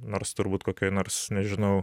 nors turbūt kokioj nors nežinau